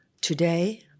Today